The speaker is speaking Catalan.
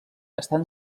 estan